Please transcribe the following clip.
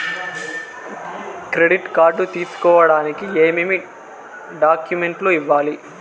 credit card తీసుకోడానికి ఏమేమి డాక్యుమెంట్లు ఇవ్వాలి